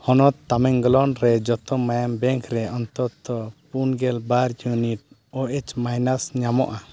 ᱦᱚᱱᱚᱛ ᱛᱟᱢᱤᱝᱜᱞᱚᱱ ᱨᱮ ᱡᱚᱛᱚ ᱢᱟᱭᱟᱢ ᱵᱮᱝᱠ ᱨᱮ ᱚᱱᱛᱚᱛᱛᱚ ᱯᱩᱱᱜᱮᱞ ᱵᱟᱨ ᱤᱭᱩᱱᱤᱴ ᱳ ᱮᱭᱤᱪ ᱢᱟᱭᱱᱟᱥ ᱧᱟᱢᱚᱜᱼᱟ